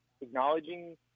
acknowledging